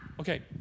Okay